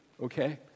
okay